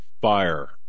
fire